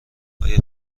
آیا